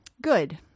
Good